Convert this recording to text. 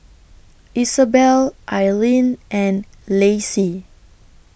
Isabelle Ailene and Lassie